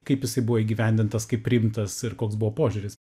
kaip jisai buvo įgyvendintas kaip priimtas ir koks buvo požiūris